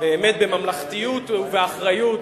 באמת בממלכתיות ובאחריות